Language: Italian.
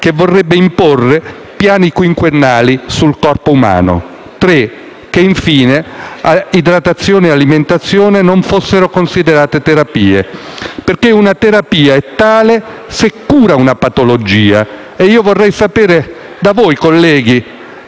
che vorrebbe imporre piani quinquennali sul corpo umano; che, infine, l'idratazione e l'alimentazione non fossero considerate terapie. Una terapia è infatti tale se cura una patologia e io vorrei sapere da voi, colleghi,